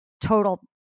total